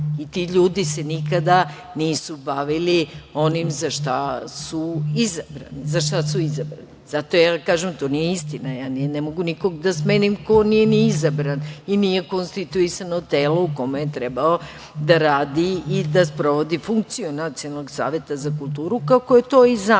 i ti ljudi se nisu nikada bavili onim za šta su izabrani. Zato kažem to nije istina, ne mogu nikog da smenim ko nije ni izabran i nije konstituisano telo u kome je trebalo da radi i da sprovodi funkciju Nacionalnog saveta za kulturu, kako je to i zamišljeno.